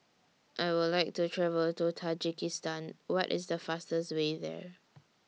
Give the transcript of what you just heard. I Would like to travel to Tajikistan What IS The fastest Way There